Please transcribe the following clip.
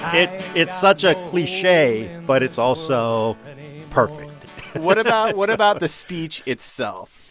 it's it's such a cliche, but it's also perfect what about what about the speech itself?